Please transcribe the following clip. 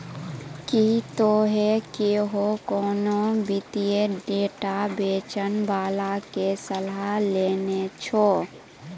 कि तोहें कहियो कोनो वित्तीय डेटा बेचै बाला के सलाह लेने छो?